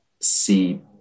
see